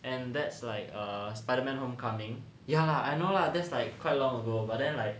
and that's like a spider-man homecoming ya I know lah that's like quite long ago but then like